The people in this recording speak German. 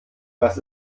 was